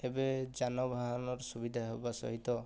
ଏବେ ଯାନବାହାନର ସୁବିଧା ହେବା ସହିତ